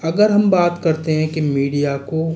अगर हम बात करते हैं कि मीडिया को